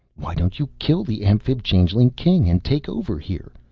why don't you kill the amphib-changeling king and take over here?